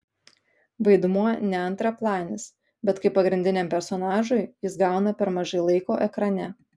vaidmuo ne antraplanis bet kaip pagrindiniam personažui jis gauna per mažai laiko ekrane